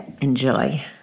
Enjoy